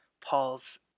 Paul's